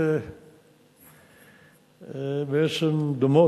שבעצם דומות,